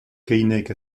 keinec